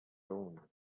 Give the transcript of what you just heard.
own